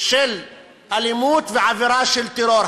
של אלימות ועבירה של טרור.